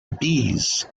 bees